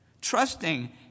trusting